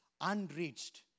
unreached